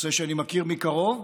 נושא שאני מכיר מקרוב,